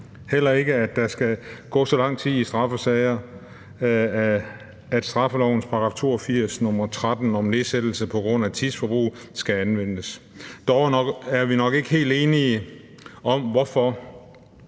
heller ikke, at der skal gå så lang tid i straffesager, at straffelovens § 82, nr. 13, om nedsættelse på grund af tidsforbrug skal anvendes. Vi er dog nok ikke helt enige om, hvorfor